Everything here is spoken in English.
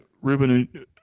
Ruben